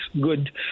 good